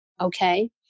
Okay